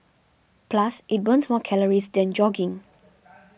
plus it burns more calories than jogging